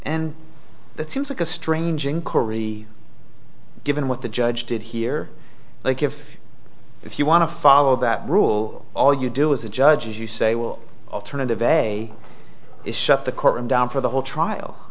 that seems like a strange inquiry given what the judge did here like if if you want to follow that rule all you do is the judge as you say will alternative a is shut the courtroom down for the whole trial